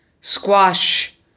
squash